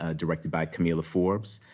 ah directed by kamilah forbes.